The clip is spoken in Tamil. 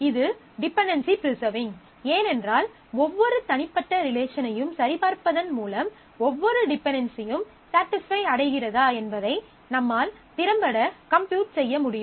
இது டிபென்டென்சி ப்ரிசர்விங் ஏனென்றால் ஒவ்வொரு தனிப்பட்ட ரிலேஷனையும் சரிபார்ப்பதன் மூலம் ஒவ்வொரு டிபென்டென்சியும் ஸடிஸ்ஃபை அடைகிறதா என்பதை நம்மால் திறம்பட கம்ப்யூட் செய்ய முடியும்